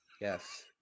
Yes